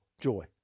joy